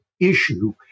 issue